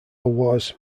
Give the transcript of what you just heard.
was